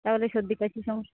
তাহলে সর্দি কাশির সমস্যা